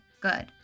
good